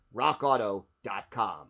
rockauto.com